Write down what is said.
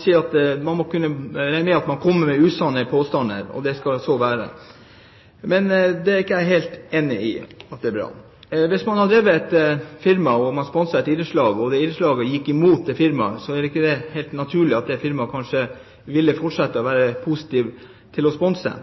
sier at man må kunne regne med at noen kommer med usanne påstander, og det kan så være. Men det er jeg ikke helt enig i er bra. Hvis man driver et firma og man sponser et idrettslag, og det idrettslaget går imot firmaet, er det ikke helt naturlig at det firmaet vil fortsette å være positiv til å sponse.